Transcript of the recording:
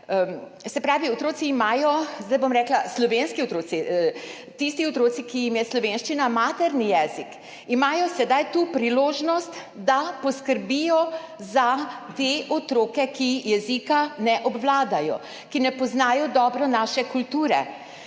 Se pravi, slovenski otroci, tisti otroci, ki jim je slovenščina materni jezik, imajo sedaj tu priložnost, da poskrbijo za te otroke, ki jezika ne obvladajo, ki ne poznajo dobro naše kulture,